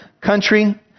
country